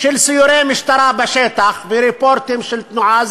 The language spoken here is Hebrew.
של סיורי משטרה בשטח ורפורטים של תנועה,